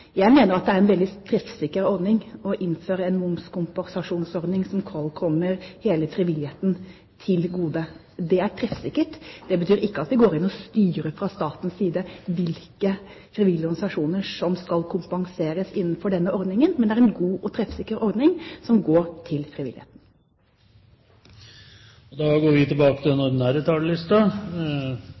Jeg mener det er veldig treffsikkert å innføre en momskompensasjonsordning som kommer hele frivilligheten til gode. Det er treffsikkert. Det betyr ikke at vi går inn og styrer fra statens side hvilke frivillige organisasjoner som skal kompenseres innenfor denne ordningen, men det er en god og treffsikker ordning som går til